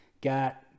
got